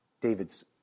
David's